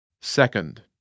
second